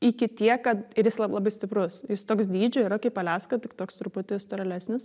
iki tiek kad ir jis lab labai stiprus jis toks dydžio yra kaip aliaska tik toks truputį storelesnis